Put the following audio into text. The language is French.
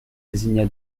désigna